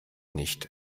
nicht